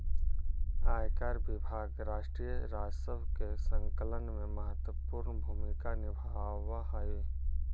आयकर विभाग राष्ट्रीय राजस्व के संकलन में महत्वपूर्ण भूमिका निभावऽ हई